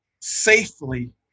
safely